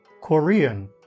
Korean